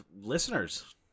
listeners